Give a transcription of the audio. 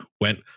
went